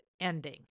ending